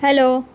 hello